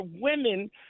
women